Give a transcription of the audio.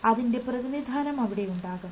അതിൻറെ പ്രതിനിധാനം അവിടെ ഉണ്ടാകും